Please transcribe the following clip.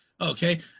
okay